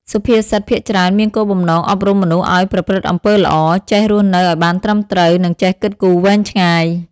សុភាសិតភាគច្រើនមានគោលបំណងអប់រំមនុស្សឱ្យប្រព្រឹត្តអំពើល្អ ចេះរស់នៅឲ្យបានត្រឹមត្រូវ និងចេះគិតគូរវែងឆ្ងាយ។